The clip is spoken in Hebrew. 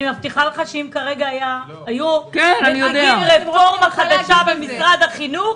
אני מבטיחה לך שאם היו מנהיגים כרגע רפורמה חדשה במשרד החינוך,